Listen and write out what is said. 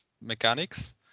mechanics